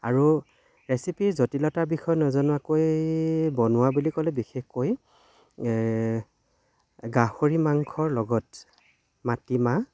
আৰু ৰেচিপিৰ জটিলতাৰ বিষয়ে নজনাকৈ বনোৱা বুলি ক'লে বিশেষকৈ গাহৰি মাংসৰ লগত মাটিমাহ